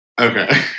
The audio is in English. Okay